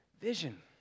Vision